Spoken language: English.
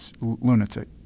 lunatic